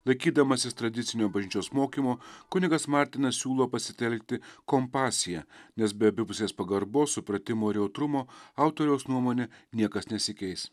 laikydamasis tradicinio bažnyčios mokymo kunigas martinas siūlo pasitelkti kompasiją nes be abipusės pagarbos supratimo ir jautrumo autoriaus nuomone niekas nesikeis